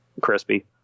crispy